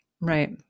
Right